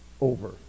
over